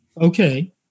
okay